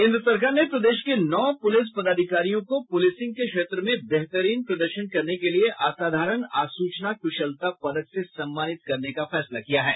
केन्द्र सरकार ने प्रदेश के नौ पुलिस पदाधिकारियों को पुलिसिंग के क्षेत्र में बेहतरीन प्रदर्शन करने के लिए असाधारण आसूचना क्शलता पदक से सम्मानित करने का फैसला किया है